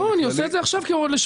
לא, אני עושה את זה עכשיו, לשבועיים.